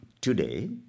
today